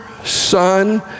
son